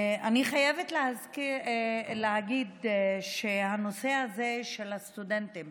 אני חייבת להזכיר ולהגיד שהנושא של הסטודנטים